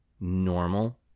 normal